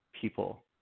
people